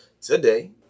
today